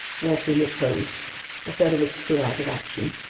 water in its hold, a third of its crew out of action,